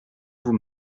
vous